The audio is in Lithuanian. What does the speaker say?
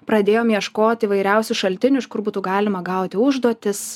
pradėjom ieškot įvairiausių šaltinių iš kur būtų galima gauti užduotis